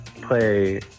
play